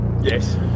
Yes